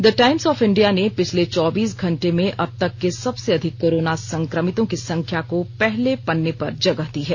the Times of India ने पिछले चौबीस घंटे में अब तक के सबसे अधिक कोरोना संक्रमितों की संख्या को पहले पन्ने पर जगह दी है